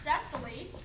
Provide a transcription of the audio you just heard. Cecily